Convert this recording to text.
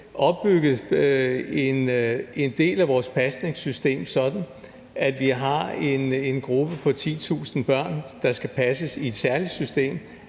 opbygget en del af vores pasningssystem sådan, at vi har en gruppe på 10.000 børn, der skal passes i et særligt system,